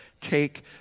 Take